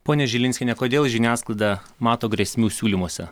ponia žilinskiene kodėl žiniasklaida mato grėsmių siūlymuose